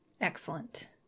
Excellent